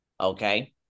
Okay